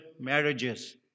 Marriages